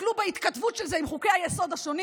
ותסתכלו בהתכתבות של זה עם חוקי-היסוד השונים,